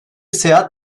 seyahat